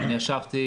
אני ישבתי